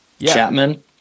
Chapman